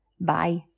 Bye